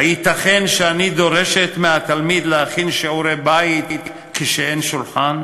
הייתכן שאני דורשת מהתלמיד להכין שיעורי-בית כשאין שולחן?